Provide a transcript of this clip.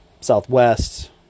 Southwest